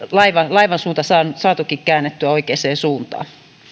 laivan suunta saatukin käännettyä oikeaan suuntaan